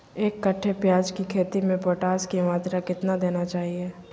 एक कट्टे प्याज की खेती में पोटास की मात्रा कितना देना चाहिए?